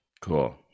Cool